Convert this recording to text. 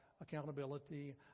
accountability